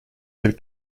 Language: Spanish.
del